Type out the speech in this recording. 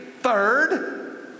third